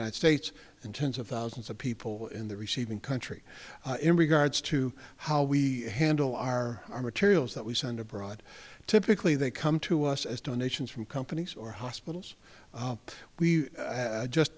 united states and tens of thousands of people in the receiving country in regards to how we handle our our materials that we sent abroad typically they come to us as donations from companies or hospitals we just